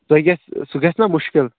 سُے گژھہِ سُہ گژھہِ نا مُشکِل